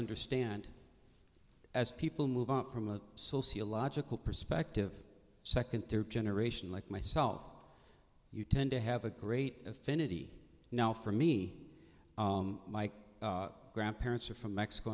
understand as people move up from a sociological perspective second third generation like myself you tend to have a great affinity now for me my grandparents are from mexico